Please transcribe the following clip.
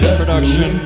production